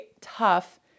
tough